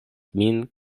min